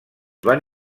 van